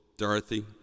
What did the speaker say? Dorothy